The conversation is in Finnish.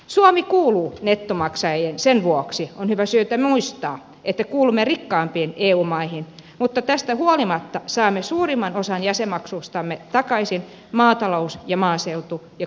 suomi kuuluu nettomaksajiin sen vuoksi on hyvä syy muistaa että kuulumme rikkaampiin eu maihin mutta tästä huolimatta saamme suurimman osan jäsenmaksustamme takaisin maatalous ja maaseutu ja koheesiovaroina